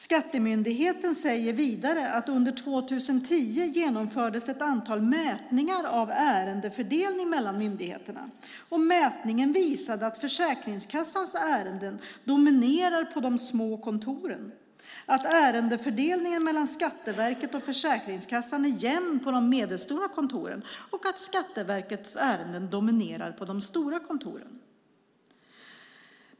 Skattemyndigheten säger vidare att under 2010 genomfördes ett antal mätningar av ärendefördelningen mellan myndigheterna. Mätningarna visade att Försäkringskassans ärenden dominerar på de små kontoren, att ärendefördelningen mellan Skatteverket och Försäkringskassan är jämn på de medelstora kontoren och att Skatteverkets ärenden dominerar på de stora kontoren.